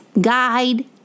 guide